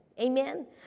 Amen